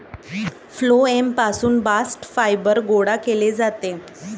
phloem पासून bast fibre गोळा केले जाते